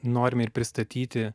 norime ir pristatyti